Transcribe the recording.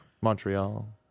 Montreal